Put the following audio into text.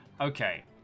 Okay